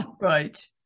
Right